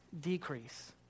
decrease